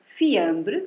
fiambre